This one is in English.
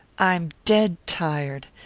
i'm dead tired.